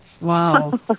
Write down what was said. Wow